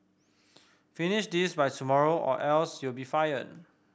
finish this by tomorrow or else you'll be fired